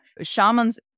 shamans